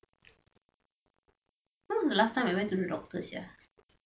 when was the last time I went to the doctor sia